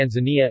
Tanzania